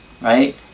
right